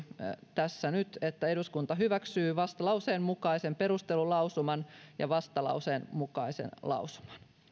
tässä nyt että eduskunta hyväksyy vastalauseen mukaisen perustelulausuman ja vastalauseen mukaisen lausuman